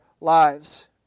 lives